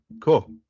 Cool